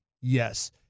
Yes